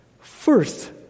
First